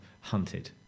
hunted